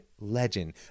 legend